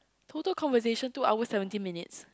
total conversation two hours seventeen minutes